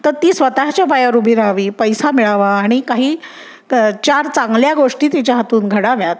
तर ती स्वतःच्या पायावर उभी रहावी पैसा मिळावा आणि काही क चार चांगल्या गोष्टी तिच्या हातून घडाव्यात